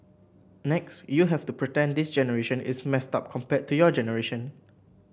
next you have to pretend this generation is messed up compared to your generation